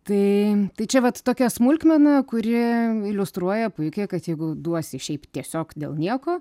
tai tai čia vat tokia smulkmena kuri iliustruoja puikiai kad jeigu duosi šiaip tiesiog dėl nieko